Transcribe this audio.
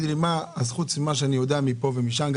אז פרט למה שאני יודע מפה ומשם,